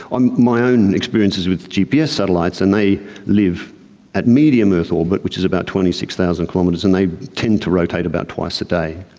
my own experience is with gps satellites, and they live at medium earth orbit, which is about twenty six thousand kilometres, and they tend to rotate about twice a day.